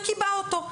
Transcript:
וקיבעה אותו.